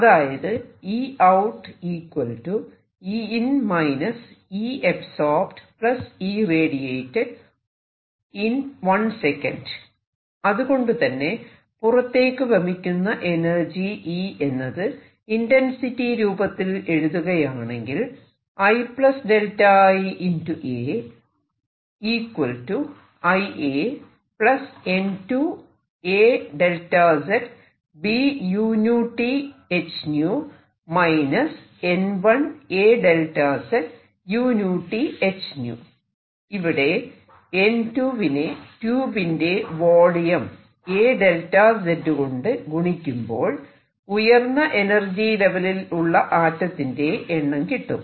അതായത് അതുകൊണ്ടുതന്നെ പുറത്തേക്കു വമിക്കുന്ന എനർജി E എന്നത് ഇന്റെൻസിറ്റി രൂപത്തിൽ എഴുതുകയാണെങ്കിൽ ഇവിടെ n2 വിനെ ട്യൂബിന്റെ വോളിയം a 𝚫z കൊണ്ട് ഗുണിക്കുമ്പോൾ ഉയർന്ന എനർജി ലെവലിൽ ഉള്ള ആറ്റത്തിന്റെ എണ്ണം കിട്ടും